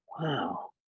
Wow